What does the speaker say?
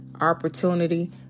opportunity